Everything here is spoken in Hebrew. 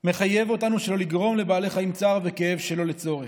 מחייב אותנו שלא לגרום לבעלי חיים צער וכאב שלא לצורך.